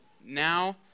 Now